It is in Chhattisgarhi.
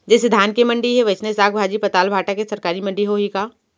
जइसे धान के मंडी हे, वइसने साग, भाजी, पताल, भाटा के सरकारी मंडी होही का?